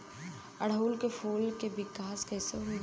ओड़ुउल के फूल के विकास कैसे होई?